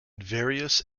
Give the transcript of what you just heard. various